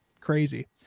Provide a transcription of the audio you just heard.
crazy